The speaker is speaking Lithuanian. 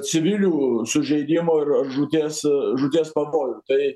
civilių sužeidimą ir žūties žūties pavojų tai